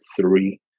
three